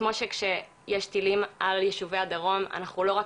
כמו שכשיש טילים על יישובי הדרום אנחנו לא רק